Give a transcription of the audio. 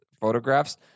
photographs